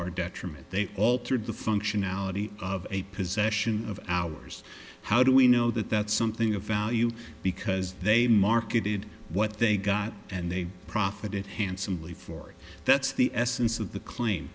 our detriment they altered the functionality of a possession of ours how do we know that that something of value because they marketed what they got and they profited handsomely for that's the essence of the claim